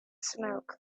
smoke